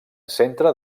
centre